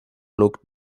looked